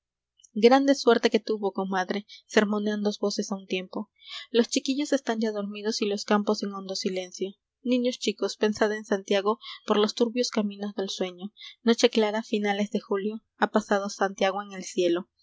grande suerte que tuvo comadre sermonean dos voces a un tiempo los chiquillos están ya dormidos y los campos en hondo silencio niños chicos pensad en santiago por los turbios caminos del sueño noche clara finalesie julio ha pasado santiago en el cielo